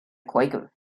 quaker